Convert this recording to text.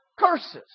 curses